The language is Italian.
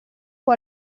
può